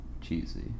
cheesy